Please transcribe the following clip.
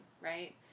right